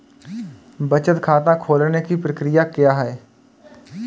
बचत खाता खोलने की प्रक्रिया क्या है?